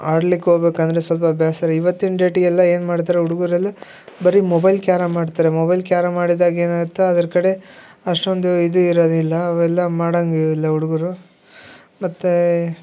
ಆಡ್ಲಿಕ್ಕೆ ಹೋಗ್ಬೇಕ್ ಅಂದರೆ ಸ್ವಲ್ಪ ಅಭ್ಯಾಸ ಇವತ್ತಿನ ಡೇಟಿಗೆಲ್ಲ ಏನ್ಮಾಡ್ತಾರೆ ಹುಡುಗುರೆಲ್ಲಾ ಬರಿ ಮೊಬೈಲ್ ಕ್ಯಾರಮ್ ಆಡ್ತಾರೆ ಮೊಬೈಲ್ ಕ್ಯಾರಮ್ ಆಡಿದಾಗ ಏನಾಗತ್ತೆ ಅದರ ಕಡೆ ಅಷ್ಟೊಂದು ಇದು ಇರೋದಿಲ್ಲ ಅವೆಲ್ಲಾ ಮಾಡಂಗಿಲ್ಲ ಹುಡುಗುರು ಮತ್ತು